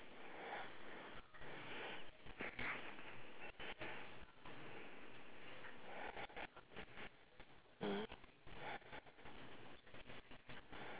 mm